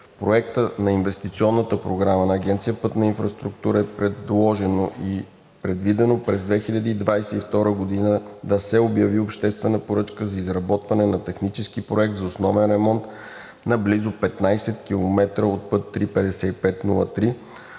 В проекта на инвестиционната програма на Агенция „Пътна инфраструктура“ е предложено и предвидено през 2022 г. да се обяви обществена поръчка за изработване на технически проект за основен ремонт на близо 15 км от път III-5503,